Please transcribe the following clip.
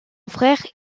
frère